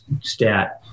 stat